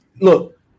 Look